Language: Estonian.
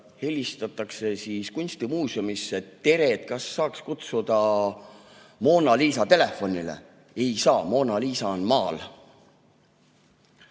helistatakse kunstimuuseumisse: "Tere, kas saaks kutsuda Mona Lisa telefonile? Ei saa, Mona Lisa on maal."